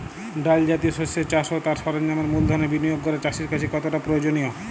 ডাল জাতীয় শস্যের চাষ ও তার সরঞ্জামের মূলধনের বিনিয়োগ করা চাষীর কাছে কতটা প্রয়োজনীয়?